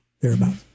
thereabouts